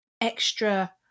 extra